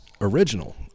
original